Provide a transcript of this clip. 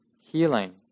healing